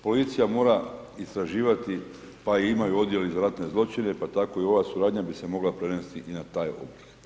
Policija mora istraživati, pa i imaju odjeli za ratne zločine, pa tako i ova suradnja bi se mogla prenesti i na taj oblik.